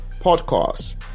Podcast